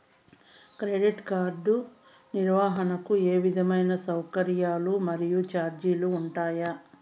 Credit card నిర్వహణకు ఏ విధమైన సౌకర్యాలు మరియు చార్జీలు ఉంటాయా?